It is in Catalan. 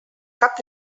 cap